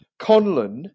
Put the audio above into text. Conlon